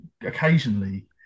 Occasionally